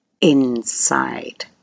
inside